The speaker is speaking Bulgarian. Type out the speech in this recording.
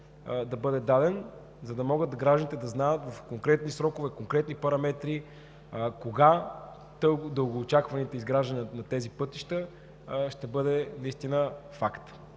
да бъде даден, за да могат гражданите да знаят в конкретни срокове, конкретни параметри кога дългоочакваното изграждане на тези пътища ще бъде факт.